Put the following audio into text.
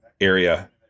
area